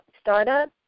startup